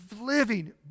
living